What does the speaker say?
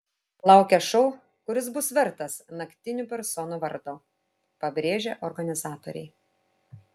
laukia šou kuris bus vertas naktinių personų vardo pabrėžė organizatoriai